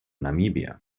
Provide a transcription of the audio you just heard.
namibia